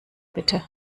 bitte